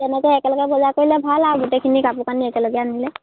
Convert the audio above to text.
তেনেকৈ একেলগে বজাৰ কৰিলে ভাল আৰু গোটেইখিনি কাপোৰ কানি একেলগে আনিলে